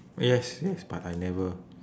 yes yes but I never